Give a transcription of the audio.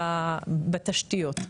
בתשתיות.